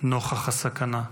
נוכח הסכנה?